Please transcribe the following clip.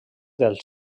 del